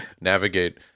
navigate